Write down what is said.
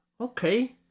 Okay